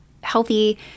healthy